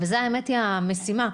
והאמת שזאת המשימה.